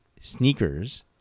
sneakers